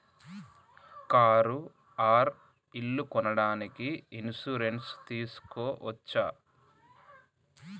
Car or ఇల్లు కొనడానికి insurance తీస్కోవచ్చా?